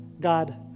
God